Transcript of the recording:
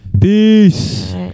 Peace